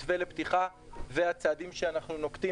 המתווה לפתיחה והצעדים שאנחנו נוקטים